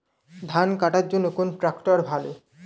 ধান কাটার জন্য কোন ট্রাক্টর ভালো?